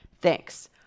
Thanks